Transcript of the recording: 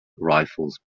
rifles